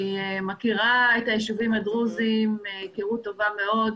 אני מכירה את היישובים הדרוזיים היכרות טובה מאוד,